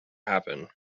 happen